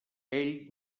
ell